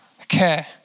Okay